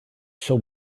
shall